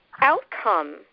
outcome